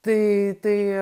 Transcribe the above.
tai tai